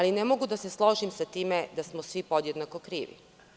Ne mogu da se složim sa time da smo svi podjednako krivi.